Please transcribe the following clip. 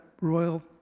royal